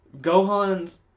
Gohan's